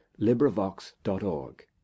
LibriVox.org